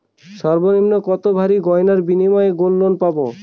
সর্বনিম্ন কত ভরি গয়নার বিনিময়ে গোল্ড লোন পাব?